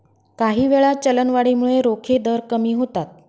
काहीवेळा, चलनवाढीमुळे रोखे दर कमी होतात